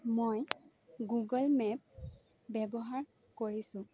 মই Google map ব্যৱহাৰ কৰিছোঁ